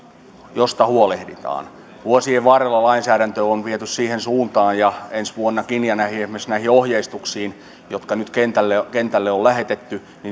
josta huolehditaan vuosien varrella lainsäädäntöä on viety siihen suuntaan ensi vuonnakin ja esimerkiksi näihin ohjeistuksiin jotka nyt kentälle kentälle on lähetetty